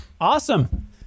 Awesome